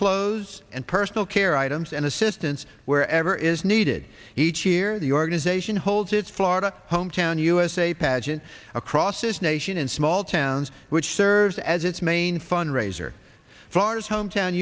clothes and personal care items and assistance wherever is needed each year the organization holds its florida home town usa pageant across this nation in small towns which serves as its main fundraiser fars hometown